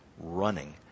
running